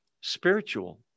spiritual